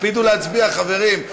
תקפידו להצביע, חברים.